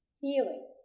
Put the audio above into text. healing